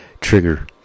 trigger